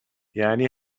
یعنی